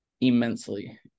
immensely